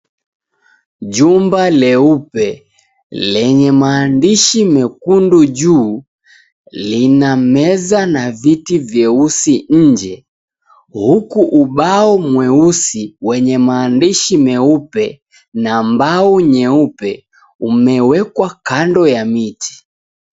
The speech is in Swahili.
Jumba leupe lenye maandishi mekundu juu lina meza na viti vyeusi inje huku ubao mweusi wenye maandishi meupe na mbao nyeupe umewekwa kando ya mti.